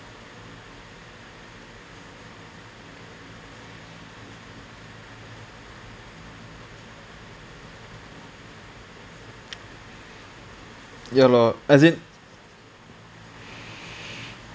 ya lor as in